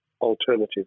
alternative